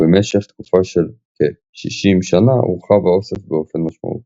ובמשך תקופה של כ-60 שנה הורחב האוסף באופן משמעותי.